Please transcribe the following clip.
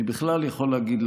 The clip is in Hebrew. אנחנו.